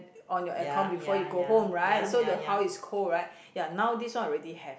on your aircon before you go home right so the house is cold right ya so now this one already have